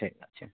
ঠিক আছে